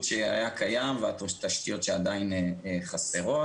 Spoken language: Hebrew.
שהיה קיים והתשתיות שעדין חסרות.